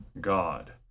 God